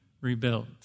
rebuilt